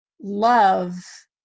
love